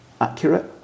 accurate